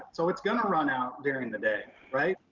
so it's gonna run out during the day, right?